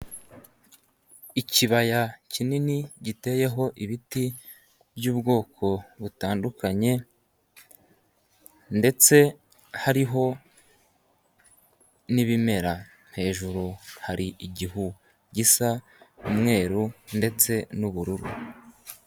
Ikibaya kinini giteyeho ibiti byubwoko butandukanye ndetse hariho n'ibimera, hejuru hari igihu gisa umweru ndetse n'ubururu.